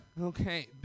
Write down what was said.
Okay